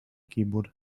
keyboard